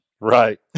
right